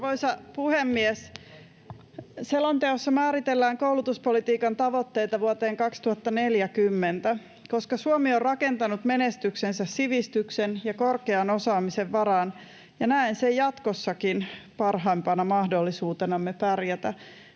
Arvoisa puhemies! Selonteossa määritellään koulutuspolitiikan tavoitteita vuoteen 2040. Koska Suomi on rakentanut menestyksensä sivistyksen ja korkean osaamisen varaan, näen sen jatkossakin parhaimpana mahdollisuutenamme pärjätä.